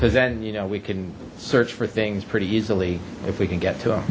ecause then you know we can search for things pretty easily if we can get